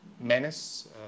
menace